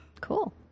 cool